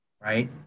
right